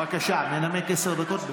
בבקשה לנמק עשר דקות.